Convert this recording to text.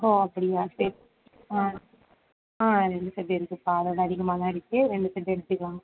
ஓ அப்படியா சரி ஆ ஆ ரெண்டு செட் இருக்குதுப்பா அதைவிட அதிகமாகதான் இருக்குது ரெண்டு செட் எடுத்துக்கலாம்